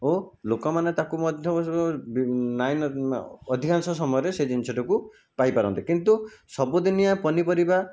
ଓ ଲୋକମାନେ ତାକୁ ମଧ୍ୟ ଅଧିକାଂଶ ସମୟରେ ସେ ଜିନିଷଟିକୁ ପାଇପାରନ୍ତେ କିନ୍ତୁ ସବୁଦିନିଆ ପନିପରିବା